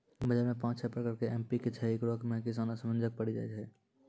बाजार मे पाँच छह प्रकार के एम.पी.के छैय, इकरो मे किसान असमंजस मे पड़ी जाय छैय?